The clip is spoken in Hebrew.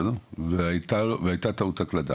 והייתה טעות הקלדה,